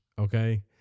Okay